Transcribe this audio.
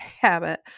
habit